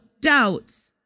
doubts